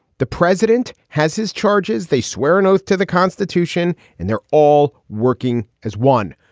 the president has his charges. they swear an oath to the constitution and they're all working as one.